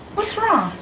what's wrong?